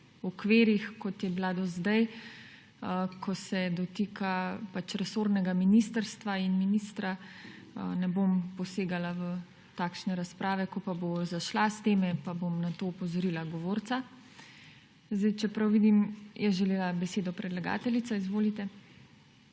okvirih, kot je bila do zdaj, ko se dotika resornega ministrstva in ministra, ne bom posegala v takšne razprava, ko pa bo zašla s teme, pa bom na to opozorila govorca. Če prav vidim, je želela besedo predlagateljica. Izvolite.